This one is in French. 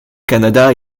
canada